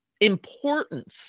importance